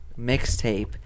mixtape